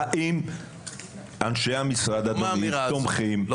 האם אנשי המשרד, אדוני, תומכים במסקנה הזאת?